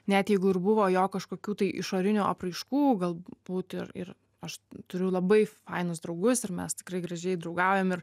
net jeigu ir buvo jo kažkokių tai išorinių apraiškų galbūt ir ir aš turiu labai fainus draugus ir mes tikrai gražiai draugaujam ir